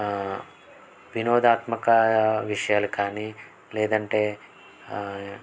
వినోదాత్మక విషయాలు కానీ లేదంటే